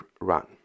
run